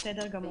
בסדר גמור.